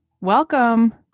Welcome